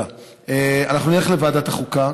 נלך לוועדת החוקה.